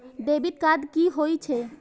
Debit card की होय छे?